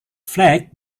flagg